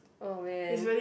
oh man